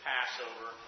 Passover